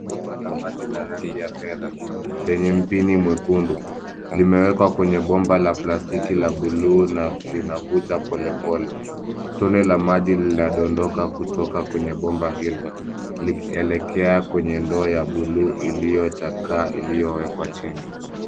Bomba la maji la rangi ya fedha lenye mpini mwekundu limewekwa kwenye bomba la plastiki la bluu na linavuja polepole. Tone la maji linadondoka kutoka kwenye bomba hilo likielekea kwenye ndoo ya bluu iliyochakaa iliyowekwa chini.